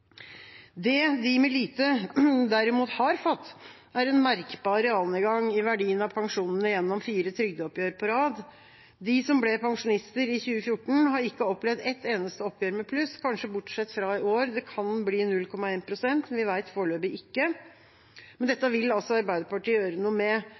Det de med lite derimot har fått, er en merkbar realnedgang i verdien av pensjonene gjennom fire trygdeoppgjør på rad. De som ble pensjonister i 2014, har ikke opplevd et eneste oppgjør med pluss, kanskje bortsett fra i år – det kan bli 0,1 pst., vi vet foreløpig ikke. Dette vil Arbeiderpartiet gjøre noe med,